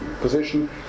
position